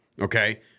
Okay